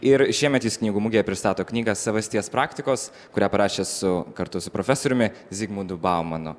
ir šiemet jis knygų mugėje pristato knygą savasties praktikos kuria prašė su kartu su profesoriumi zigmundu baumanu